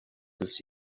this